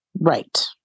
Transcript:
Right